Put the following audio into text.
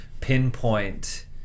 pinpoint